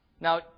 Now